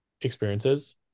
experiences